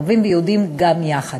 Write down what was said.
ערבים ויהודים גם יחד.